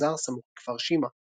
במנזר סמוך לכפר שימא.